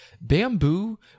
Bamboo